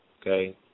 Okay